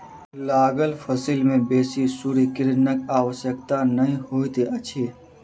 लागल फसिल में बेसी सूर्य किरणक आवश्यकता नै होइत अछि